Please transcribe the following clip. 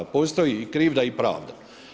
Postoji i krivda i pravda.